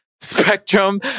Spectrum